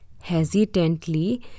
Hesitantly